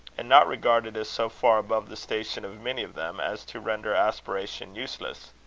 and not regarded as so far above the station of many of them as to render aspiration useless.